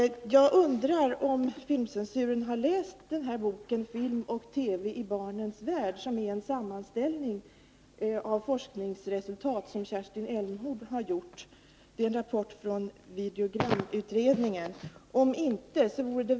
Jag undrar om de som svarar för filmcensuren har läst boken ”Film och TV i barnens värld”, som är en sammanställning som Kerstin Elmhorn har gjort av forskningsresultat. Det är en rapport från videogramutredningen.